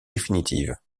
définitives